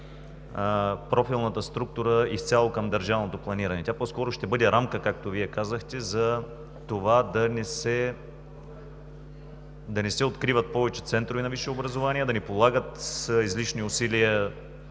профилната структура изцяло към държавното планиране. Тя по-скоро ще бъде рамка, както Вие казахте, за това да не се откриват повече центрове за висше образование, да не полагат излишни усилия